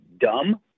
dumb